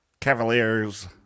Cavaliers